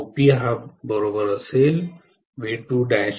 OP ORV1